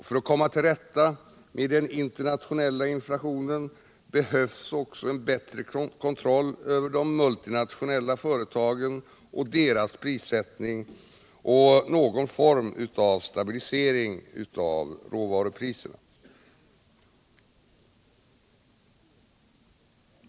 För att komma till rätta med den internationella inflationen behövs en bättre kontroll över de multinationella företagen och deras prissättning och någon form av stabilisering av råvarupriserna.